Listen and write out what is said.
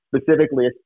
specifically